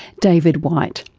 david white.